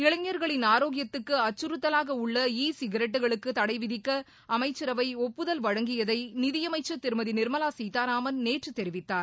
இளைஞர்களின் ஆரோக்கியத்துக்கு அச்சுறுத்தலாக உள்ள இ சிகரெட்டுகளுக்கு தடை விதிக்க அமைச்சரவை ஒப்புதல் வழங்கியதை நிதியமைச்சர் திருமதி நிர்மலா சீதாராமன் நேற்று தெரிவித்தார்